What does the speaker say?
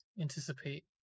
anticipate